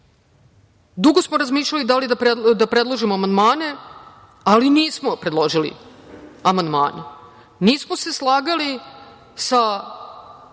dugo smo razmišljali da li da predložimo amandmane, ali nismo predložili amandmane. Nismo se slagali sa